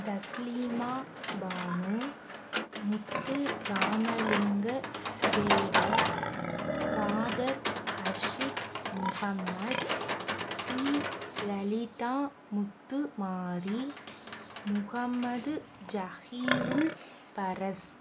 Taslima Banu Muthu Ramalinga Thevar Khader Harshit Mohammed Sri Lalitha Muthumari Mohammed Jahirul Paras